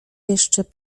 jeszcze